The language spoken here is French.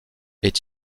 est